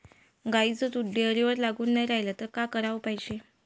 गाईचं दूध डेअरीवर लागून नाई रायलं त का कराच पायजे?